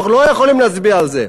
אנחנו לא יכולים להצביע על זה,